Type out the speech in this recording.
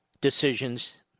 decisions